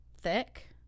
thick